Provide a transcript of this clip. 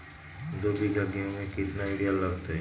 दो बीघा गेंहू में केतना यूरिया लगतै?